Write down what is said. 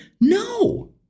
No